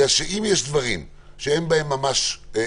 יש כאלה שחושבים שיש איזה שהוא שינוי מינורי בהשוואה למה שהיה